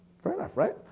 fair enough right.